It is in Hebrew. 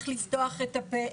איך לפתוח את הפה,